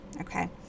Okay